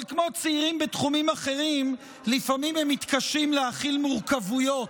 אבל כמו צעירים בתחומים אחרים לפעמים הם מתקשים להכיל מורכבויות,